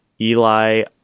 Eli